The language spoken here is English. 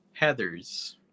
Heathers